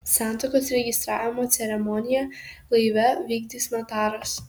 santuokos registravimo ceremoniją laive vykdys notaras